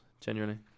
genuinely